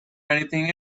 anything